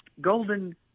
golden